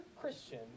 Christian